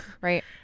right